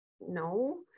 no